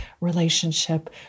relationship